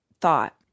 thought